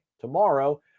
tomorrow